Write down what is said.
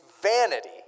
vanity